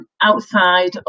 outside